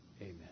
Amen